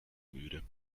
muren